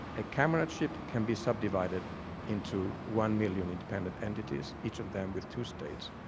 a camera chip can be sub-divided into one million independent entities, each of them with two states.